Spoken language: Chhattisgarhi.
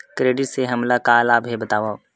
क्रेडिट से हमला का लाभ हे बतावव?